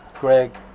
Greg